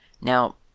Now